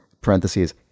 parentheses